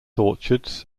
orchards